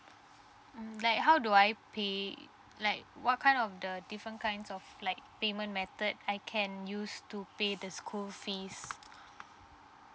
mm like how do I pay like what kind of the different kinds of like payment method I can use to pay the school fees